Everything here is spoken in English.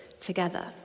together